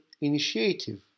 initiative